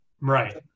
Right